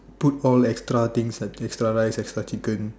put all extra things like extra rice extra chicken